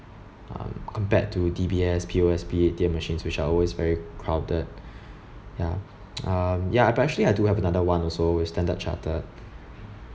um compared to D_B_S P_O_S_B A_T_M machine which are always very crowded ya um ya but actually I do have another one also with standard chartered